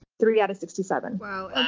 three out of sixty seven. wow.